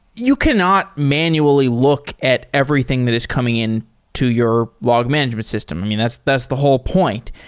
you cannot manually look at everything that is coming in to your log management system. that's that's the whole point.